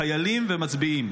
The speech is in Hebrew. חיילים ומצביאים.